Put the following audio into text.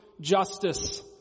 justice